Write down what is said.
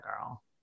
Girl